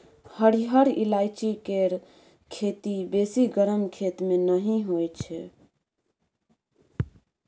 हरिहर ईलाइची केर खेती बेसी गरम खेत मे नहि होइ छै